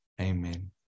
Amen